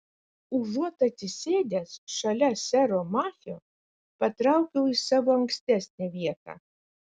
užuot atsisėdęs šalia sero machio patraukiau į savo ankstesnę vietą